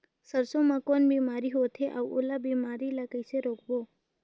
सरसो मा कौन बीमारी होथे अउ ओला बीमारी ला कइसे रोकबो?